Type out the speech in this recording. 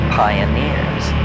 pioneers